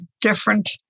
different